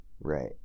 Right